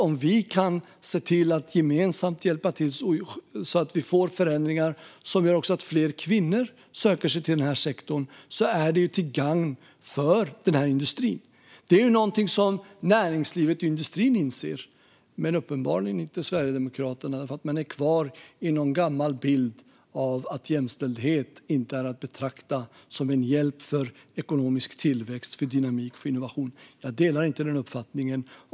Om vi gemensamt kan hjälpa till för att få förändringar som gör att fler kvinnor söker sig till den sektorn är det klart att det är till gagn för den industrin. Det är någonting som näringslivet i industrin inser men uppenbarligen inte Sverigedemokraterna. De är kvar i någon gammal bild av att jämställdhet inte är att betrakta som en hjälp för ekonomisk tillväxt, för dynamik och för innovation. Jag delar inte den uppfattningen.